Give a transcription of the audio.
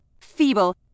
feeble